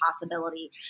possibility